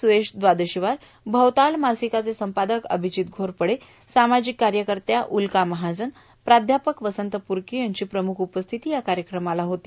सुरेश द्वादशीवार भवताल मासिकाचे संपादक अभिजित घोरपडे सामाजिक कार्यकर्त्या उल्का महाजन प्राध्यापक वसंत पुरके यांची प्रमुख उपस्थिती या कार्यक्रमाला होती